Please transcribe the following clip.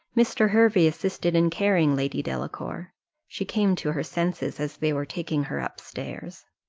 mr. hervey assisted in carrying lady delacour she came to her senses as they were taking her up stairs.